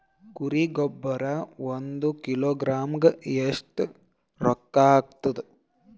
ಕುರಿ ಗೊಬ್ಬರ ಒಂದು ಕಿಲೋಗ್ರಾಂ ಗ ಎಷ್ಟ ರೂಕ್ಕಾಗ್ತದ?